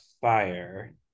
Fire